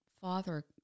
father